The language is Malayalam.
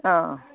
ആ അ